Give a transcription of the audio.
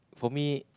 for me